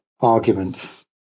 arguments